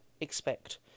expect